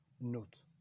Note